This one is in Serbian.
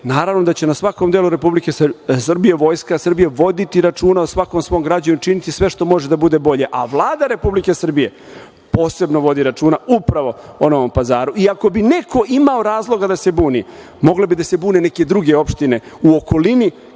naravno da će na svakom delu Republike Srbije vojska Srbije voditi računa o svakom svom građaninu i učiniti sve što može da bude bolje. Vlada Republike Srbije posebno vodi računa upravo o Novom Pazaru. Ako bi neko imao razloga da se buni, mogli bi da se bune neke druge opštine u okolini,